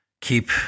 keep